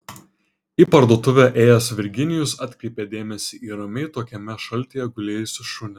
į parduotuvę ėjęs virginijus atkreipė dėmesį į ramiai tokiame šaltyje gulėjusį šunį